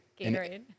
Gatorade